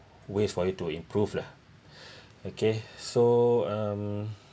way for you to improve lah okay so um